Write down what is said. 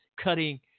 cutting